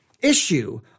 issue